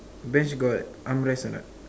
bench got arm rest or not